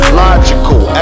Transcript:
logical